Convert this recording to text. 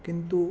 किन्तु